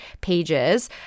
pages